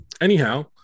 Anyhow